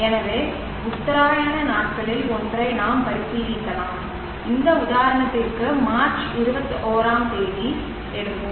எனவே உத்தராயண நாட்களில் ஒன்றை நாம் பரிசீலிக்கலாம் இந்த உதாரணத்திற்கு மார்ச் 21 ஆம் தேதி எடுப்போம்